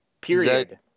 period